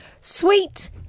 sweet